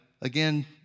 again